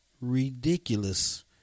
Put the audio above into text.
ridiculous